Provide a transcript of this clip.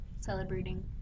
celebrating